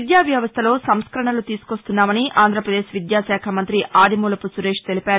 విద్యావ్యవస్థలో సంస్కరణలు తీసుకొస్తున్నామని ఆంధ్రప్రదేశ్ విద్యాశాఖ మంత్రి ఆదిమూలపు సురేష్ తెలిపారు